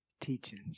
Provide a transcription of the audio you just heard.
teachings